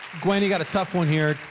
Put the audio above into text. gwen, you got a tough one here.